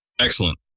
Excellent